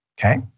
okay